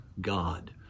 God